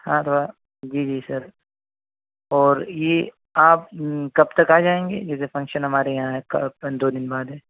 ہاں تھوڑا جی جی سر اور یہ آپ کب تک آ جائیں گے جیسے فنکشن ہمارے یہاں ہے دو دن بعد ہے